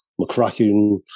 McCracken